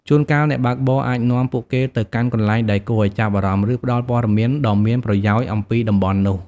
ជួនកាល អ្នកបើកបរអាចនាំពួកគេទៅកាន់កន្លែងដែលគួរឱ្យចាប់អារម្មណ៍ ឬផ្ដល់ព័ត៌មានដ៏មានប្រយោជន៍អំពីតំបន់នោះ។